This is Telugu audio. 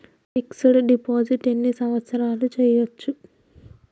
ఫిక్స్ డ్ డిపాజిట్ ఎన్ని సంవత్సరాలు చేయచ్చు?